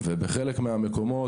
בחלק מהמקומות,